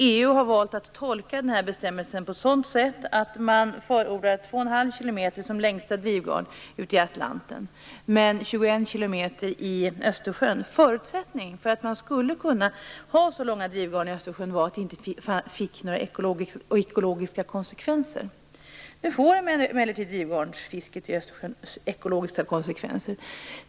EU har valt att tolka bestämmelsen så, att man förordar 2,5 km som längsta drivgarn i Atlanten men 21 km i Östersjön. Förutsättningen för att ha så långa drivgarn i Östersjön är att det inte får några ekologiska konsekvenser. Nu får emellertid drivgarnsfisket i Östersjön ekologiska konsekvenser.